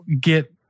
get